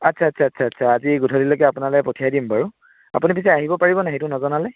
আচ্ছা আচ্ছা আচ্ছা আচ্ছা আজি গধূলিলৈকে আপোনালৈ পঠিয়াই দিম বাৰু আপুনি পিছে আহিব পাৰিবনে সেইটো নজনালে